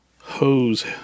hose